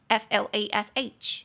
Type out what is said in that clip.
flash